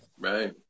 Right